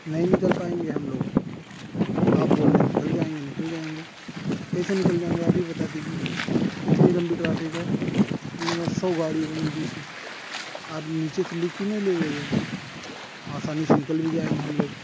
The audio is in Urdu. نہیں نکل پائیں گے ہم لوگ آپ بول رہے ہیں نکل جائیں گے نکل جائیں گے کیسے نکل جائیں گے آپ ہی بتا دیجیے اتنی لمبی ٹرافک ہے کم سے کم سو گاڑی ہوں گی بیچ میں آپ نیچے سے لے کیوں نہیں لے لے ہیں آسانی سے نکل بھی جائیں گے ہم لوگ